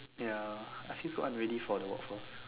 ya I feel so unready for the workforce